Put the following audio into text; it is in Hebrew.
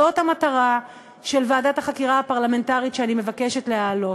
זאת המטרה של ועדת החקירה הפרלמנטרית שאני מבקשת להעלות.